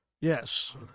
Yes